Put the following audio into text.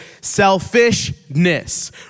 selfishness